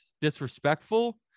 disrespectful